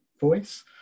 voice